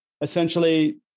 essentially